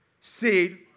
seed